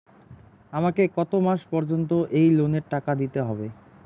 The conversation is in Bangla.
আমাকে কত মাস পর্যন্ত এই লোনের টাকা দিতে হবে?